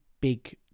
big